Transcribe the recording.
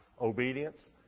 Obedience